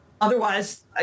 otherwise